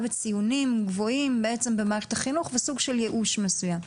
בציונים גבוהים בעצם במערכת החינוך וסוג של ייאוש מסוים.